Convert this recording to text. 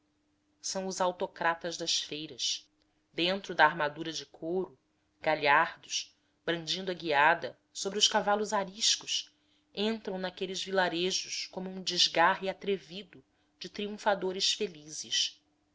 são os autocratas das feiras dentro da armadura de couro galhardos brandindo a guiada sobre os cavalos ariscos entram naqueles vilarejos com um desgarre atrevido de triunfadores felizes